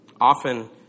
often